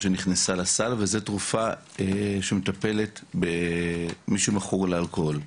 שנכנסה לסל, וזו תרופה שמטפלת במי שמכור לאלכוהול.